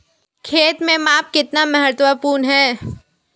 खेत में माप कितना महत्वपूर्ण है?